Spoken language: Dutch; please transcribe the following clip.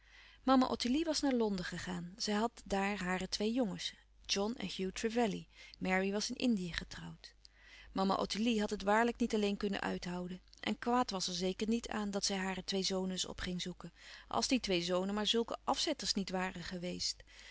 mama ottilie was naar londen gegaan zij had daar hare twee jongens john en hugh trevelley mary was in indië getrouwd mama ottilie had het waarlijk niet alleen kunnen uithouden en kwaad was er zeker niet aan dat zij hare twee zonen eens op ging zoeken als die twee zonen maar zulke afzetters niet waren geweest